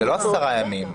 לא עשרה ימים.